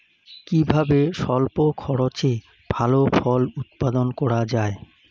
কিভাবে স্বল্প খরচে ভালো ফল উৎপাদন করা যায়?